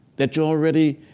that you're already